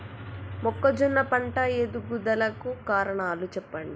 మొక్కజొన్న పంట ఎదుగుదల కు కారణాలు చెప్పండి?